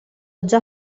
già